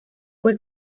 fue